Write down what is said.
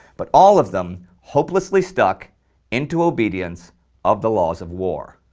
but all of them hopelessly stuck into obedience of the laws of war.